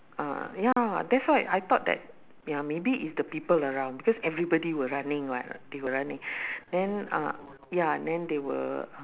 ah ya that's why I thought that ya maybe is the people around because everybody were running [what] they were running then uh ya then they were